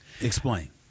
Explain